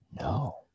No